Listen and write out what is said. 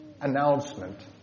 announcement